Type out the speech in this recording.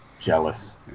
Jealous